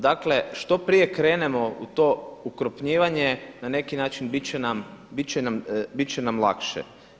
Dakle, što prije krenemo u to ukrupnjivanje na neki način bit će nam lakše.